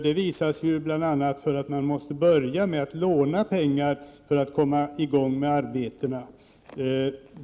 Det visar sig bl.a. däri att man måste börja med att låna pengar för att komma i gång med arbetena.